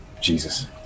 Jesus